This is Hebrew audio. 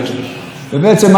ובעצם מה שאמרתי,